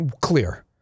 clear